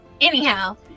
Anyhow